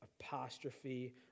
apostrophe